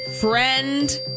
Friend